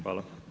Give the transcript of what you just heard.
Hvala.